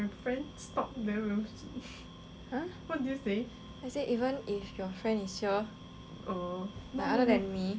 I say even if your friend is here like other than me